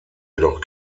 jedoch